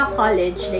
college